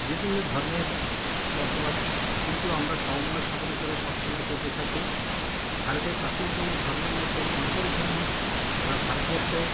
বিভিন্ন ধর্মের বসবাস কিন্তু আমরা সমন্বয় সাধন করে সব সময় চলতে থাকি ভারতের প্রাচীনতম ধর্মের মধ্যে সনাতন ধর্ম যা ভারতবর্ষের